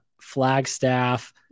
Flagstaff